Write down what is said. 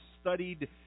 studied